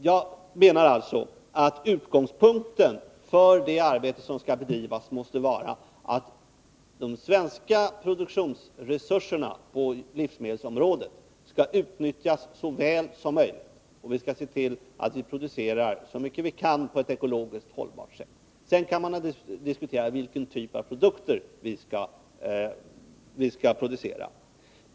Jag menar alltså att utgångspunkten för det arbete som skall bedrivas måste vara att de svenska produktionsresurserna på livsmedelsområdet skall utnyttjas så väl som möjligt och att man skall se till att vi producerar så mycket vi kan på ett ekologiskt hållbart sätt. Sedan kan man naturligtvis diskutera vilken typ av produkter vi skall producera.